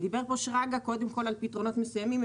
דיבר פה שרגא קודם כול על פתרונות מסוימים.